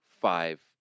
five